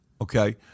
okay